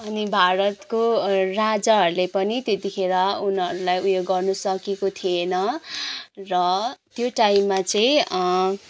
अनि भारतको राजाहरूले पनि त्यतिखेर उनीहरूलाई उयो गर्नु सकेको थिएन र त्यो टाइममा चाहिँ